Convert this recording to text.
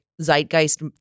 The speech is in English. zeitgeist